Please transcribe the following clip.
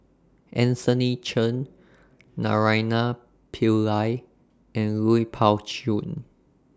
Anthony Chen Naraina Pillai and Lui Pao Chuen